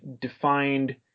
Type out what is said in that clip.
defined